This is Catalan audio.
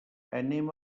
anem